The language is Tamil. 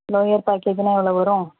லோயர் பேக்கேஜ்ஜின்னா எவ்வளோ வரும்